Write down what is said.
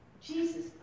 jesus